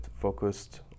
focused